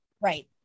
Right